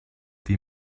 die